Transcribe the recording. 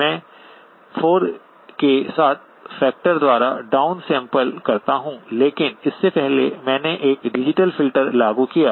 मैं 4 के एक फैक्टर द्वारा डाउन सैंपल करता हूं लेकिन इससे पहले मैंने एक डिजिटल फ़िल्टर लागू किया